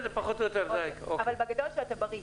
קודם כול בעולם לא הולכים